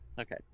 Okay